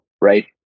right